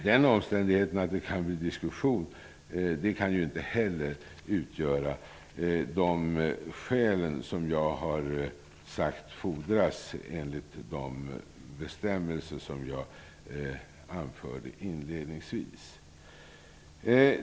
Den omständigheten att det kan bli diskussion kan inte heller utgöra de skäl som fordras enligt de bestämmelser som jag anförde inledningsvis.